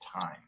time